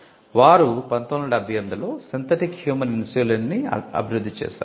వారు 1978 లో synthetic human ఇన్సులిన్ను అభివృద్ధి చేశారు